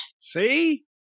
see